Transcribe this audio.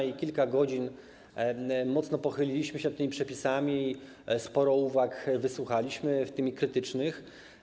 Przez kilka godzin mocno pochylaliśmy się nad tymi przepisami i sporo uwag wysłuchaliśmy, w tym krytycznych.